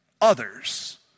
others